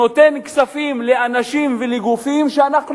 שנותנים כספים לאנשים ולגופים שאנחנו